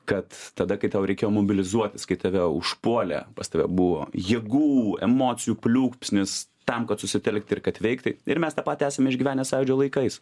kad tada kai tau reikėjo mobilizuotis kai tave užpuolė pas tave buvo jėgų emocijų pliūpsnis tam kad susitelkti ir kad veikti ir mes taip patį esame išgyvenę sąjūdžio laikais